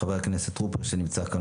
חבר הכנסת טרופר שנמצא כאן,